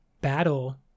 battle